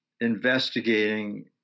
investigating